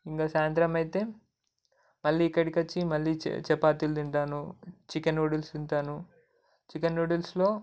ఇంక సాయంత్రం అయితే మళ్ళీ ఇక్కడికి వచ్చి మళ్ళి చపాతీలు తింటాను చికెన్ నూడుల్స్ తింటాను చికెన్ నూడుల్స్లో